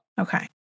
Okay